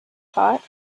thought